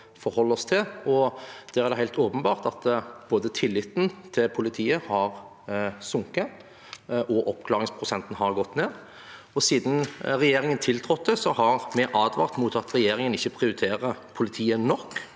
forholde oss til, og der er det helt åpenbart at både tilliten til politiet har sunket, og oppklaringsprosenten har gått ned. Siden regjeringen tiltrådte, har vi advart om at regjeringen ikke prioriterer politiet nok,